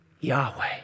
Yahweh